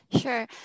sure